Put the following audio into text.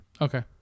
Okay